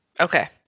Okay